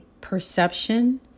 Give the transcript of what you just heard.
perception